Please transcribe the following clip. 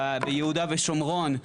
ביהודה ושומרון,